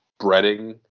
breading